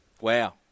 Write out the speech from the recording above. Wow